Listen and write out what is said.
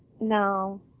no